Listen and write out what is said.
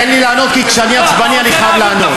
תן לי לענות, כי כשאני עצבני אני חייב לענות.